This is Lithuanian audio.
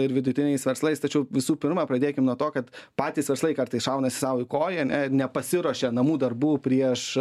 ir vidutiniais verslais tačiau visų pirma pradėkim nuo to kad patys verslai kartais šaunasi sau į koją ane ir nepasiruošia namų darbų prieš